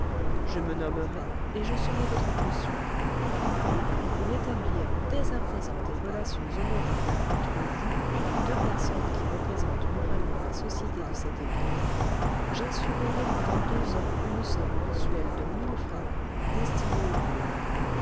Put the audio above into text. je me nommerai et je serai votre caution et pour établir dès à présent des relations honorables entre vous et les deux personnes qui représentent moralement la société de cette ville j'assurerai pendant deux ans une somme mensuelle de mille francs destinée aux pauvres